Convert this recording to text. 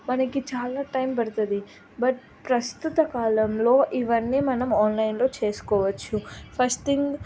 మనకి చాలా టైం పడుతుంది బట్ ప్రస్తుత కాలంలో ఇవన్నీ మనం ఆన్లైన్లో చేసుకోవచ్చు ఫస్ట్ థింగ్